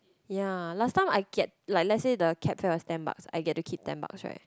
ya last time I get like let's say the cab fare was ten bucks I get to keep ten bucks right